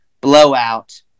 Blowout